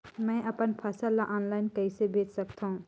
मैं अपन फसल ल ऑनलाइन कइसे बेच सकथव?